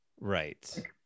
right